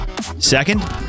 Second